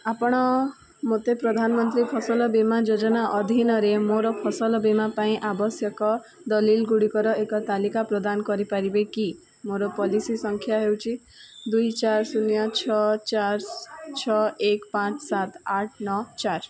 ଆପଣ ମୋତେ ପ୍ରଧାନମନ୍ତ୍ରୀ ଫସଲ ବୀମା ଯୋଜନା ଅଧୀନରେ ମୋର ଫସଲ ବୀମା ପାଇଁ ଆବଶ୍ୟକ ଦଲିଲ ଗୁଡ଼ିକର ଏକ ତାଲିକା ପ୍ରଦାନ କରିପାରିବେ କି ମୋର ପଲିସି ସଂଖ୍ୟା ହେଉଛି ଦୁଇ ଚାରି ଶୂନ ଛଅ ଚାରି ଛଅ ଏକ ପାଞ୍ଚ ସାତ ଆଠ ନଅ ଚାରି